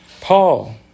Paul